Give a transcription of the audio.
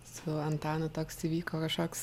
su antanu toks įvyko kažkoks